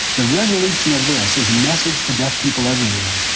the resolution of this is a message to deaf people everywhere.